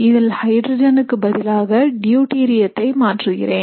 இதில் ஹைட்ரஜன்கு பதிலாக டியூடிரியத்தை மாற்றுகிறேன்